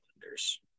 lenders